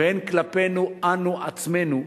והן כלפינו אנו עצמנו,